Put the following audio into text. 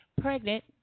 pregnant